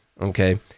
Okay